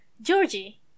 Georgie